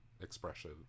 expression